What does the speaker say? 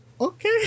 okay